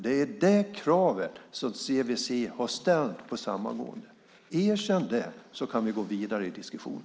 Det är det kravet som CVC har ställt på samgående. Erkänn det så kan vi gå vidare i diskussionen!